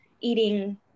eating